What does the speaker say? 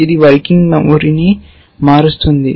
ఇది వర్కింగ్ మెమరీని మారుస్తుంది